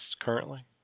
currently